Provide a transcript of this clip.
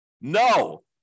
No